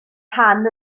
rhan